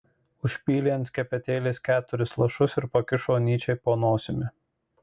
užpylė ant skepetėlės keturis lašus ir pakišo nyčei po nosimi